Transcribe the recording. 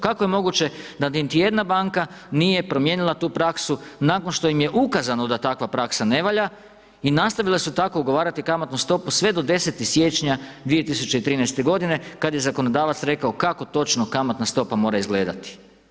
Kako je moguće da niti jedna banka nije promijenila tu praksu nakon što im je ukazano da takva praksa ne valja i nastavile su tako ugovarati kamatnu stopu sve do 10. siječnja 2013. godine kad je zakonodavac rekao kako točno kamatna stopa mora izgledati.